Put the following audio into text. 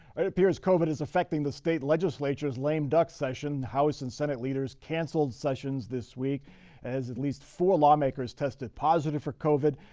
it appears covid is affecting the state legislature's lame deck session, house and senate leaders cancelled sessions this week as at least four lawmakers tested positive for covid,